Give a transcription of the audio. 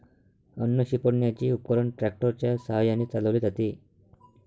अन्न शिंपडण्याचे उपकरण ट्रॅक्टर च्या साहाय्याने चालवले जाते